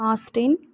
austin